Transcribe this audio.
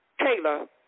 Kayla